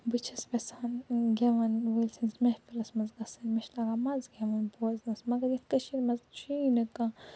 بہٕ چھَس یَژھان گٮ۪وَن وٲلۍ سٕنٛز محفِل منٛز گژھٕنۍ مےٚ چھُ لگان مَزٕ گٮ۪وُن بوزنَس مَگر یَتھ کٔشمیٖر منٛز چھُ یی نہٕ کانٛہہ